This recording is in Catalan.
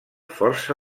força